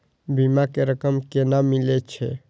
बीमा के रकम केना मिले छै?